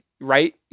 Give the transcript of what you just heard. right